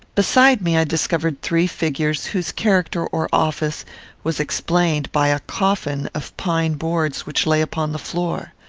beside me i discovered three figures, whose character or office was explained by a coffin of pine boards which lay upon the floor.